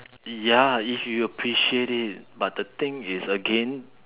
ya if you appreciate it but the thing is again